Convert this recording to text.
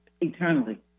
eternally